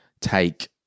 take